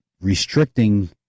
restricting